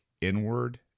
inward